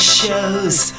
shows